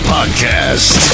Podcast